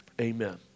Amen